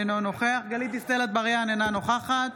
אינו נוכח גלית דיסטל אטבריאן, אינה נוכחת